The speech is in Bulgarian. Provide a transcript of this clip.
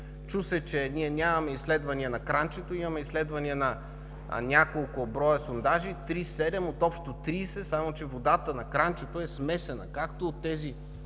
Чу се, че нямаме изследвания на кранчето, имаме изследвания на няколко броя сондажи – 3,7 от общо 30, само че водата на кранчето е смесена, както от